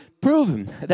proven